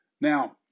Now